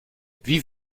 wie